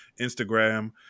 instagram